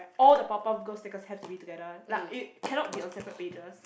all the Powerpuff Girls stickers have to be together like it cannot be on separate pages